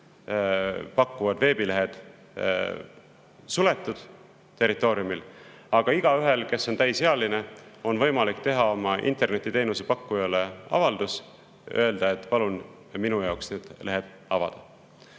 pakkuvad veebilehed [riigi] territooriumil suletud, aga igaühel, kes on täisealine, on võimalik teha oma internetiteenuse pakkujale avaldus ja öelda, et palun minu jaoks need lehed avada.